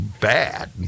bad